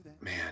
man